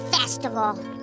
festival